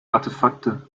artefakte